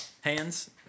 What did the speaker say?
hands